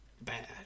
bad